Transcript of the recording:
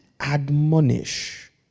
admonish